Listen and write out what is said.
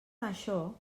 això